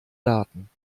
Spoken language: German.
daten